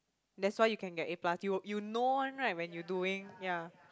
that's why you can get A plus you you know one right when you doing yea